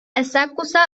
asakusa